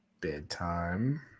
Bedtime